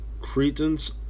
Cretans